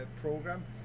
program